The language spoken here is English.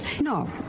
No